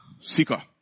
Seeker